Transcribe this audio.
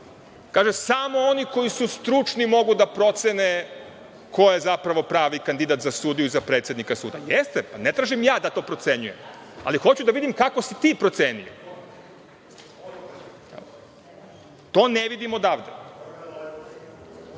odboru, samo oni koji su stručni mogu da procene ko je zapravo pravi kandidat za sudiju i za predsednika suda. Jeste, ne tražim ja da to procenjujem, ali hoću da vidim kako si ti procenio. To ne vidim odavde. Što